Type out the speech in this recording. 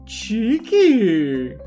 cheeky